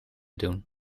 doen